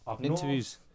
interviews